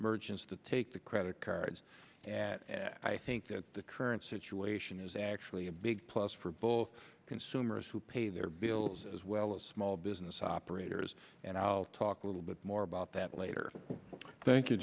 merchants that take the credit cards and i think that the current situation is actually a big plus for both consumers who pay their bills as well as small business operators and i'll talk a little bit more about that later thank